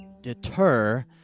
deter